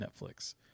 Netflix